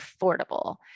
affordable